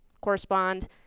correspond